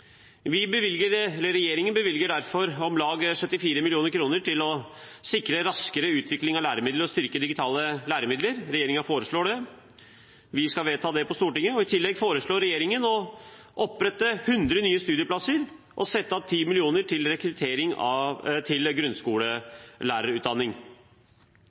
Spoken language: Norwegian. vi å begynne nå. Regjeringen bevilger derfor om lag 74 mill. kr til å sikre raskere utvikling av læremidler og styrke digitale læremidler. Regjeringen foreslår det, og vi skal vedta det på Stortinget. I tillegg foreslår regjeringen å opprette 100 nye studieplasser og setter av 10 mill. kr til rekruttering til